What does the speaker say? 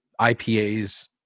IPAs